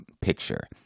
picture